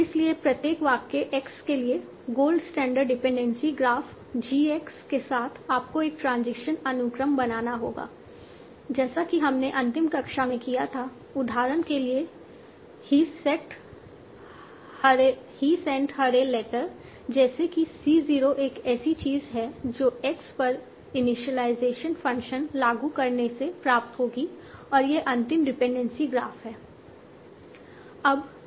इसलिए प्रत्येक वाक्य x के लिए gold standard dependency graph g x के साथ आपको एक ट्रांजिशन अनुक्रम बनाना होगा जैसे कि हमने अंतिम कक्षा में किया था उदाहरण के लिए ही सेंट हर ए लेटर जैसे कि c 0 एक ऐसी चीज है जो x पर इनिशियलाइज़ेशन फंक्शन लागू करने से प्राप्त होगी और यह अंतिम डिपेंडेंसी ग्राफ है